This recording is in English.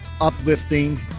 uplifting